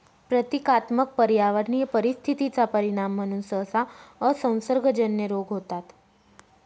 प्रतीकात्मक पर्यावरणीय परिस्थिती चा परिणाम म्हणून सहसा असंसर्गजन्य रोग होतात